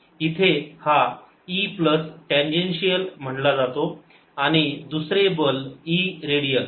इथे हा E plus tangential म्हणला जातो आणि दुसरे बल E रेडियल